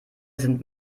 sind